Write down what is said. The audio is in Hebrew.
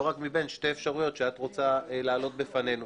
רק מבין שתי אפשרויות שאת רוצה להעלות בפנינו.